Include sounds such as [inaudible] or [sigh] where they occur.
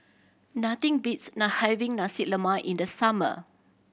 nothing beats [unintelligible] having Nasi Lemak in the summer